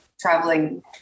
traveling